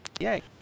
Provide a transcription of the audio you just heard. yay